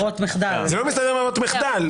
זה לא מסתדר עם ברירות המחדל.